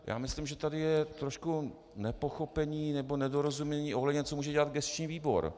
Já myslím, že tady je trošku nepochopení nebo nedorozumění ohledně toho, co může dělat gesční výbor.